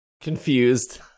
Confused